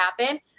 happen